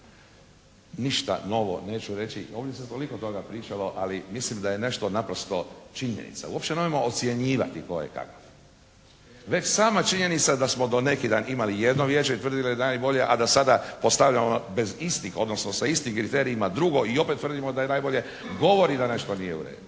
Ništa novo neću reći. Ovdje se toliko toga pričalo ali mislim da je nešto naprosto činjenica. Uopće nemojmo ocjenjivati kojekako. Već sama činjenica da smo do neki dan imali jedno Vijeće i tvrdili da je najbolje a da sada postavljamo bez istih odnosno sa istim kriterijima drugo i opet tvrdimo da je najbolje govori da nešto nije u redu.